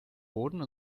boden